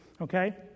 okay